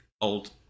old